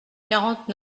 quarante